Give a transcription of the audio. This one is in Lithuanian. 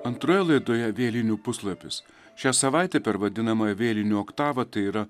antroje laidoje vėlinių puslapis šią savaitę per vadinamąją vėlinių oktavą tai yra